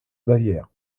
bavière